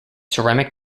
ceramic